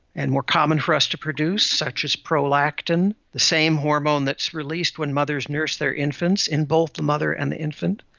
and more common for us to produce, such as prolactin, the same hormone that is released when mothers nurse their infants, in both the mother and the infant.